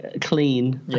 clean